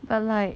but like